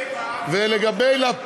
יש לך מקום 7. ולגבי לפיד,